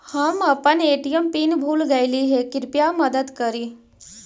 हम अपन ATM PIN भूल गईली हे, कृपया मदद करी